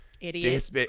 Idiot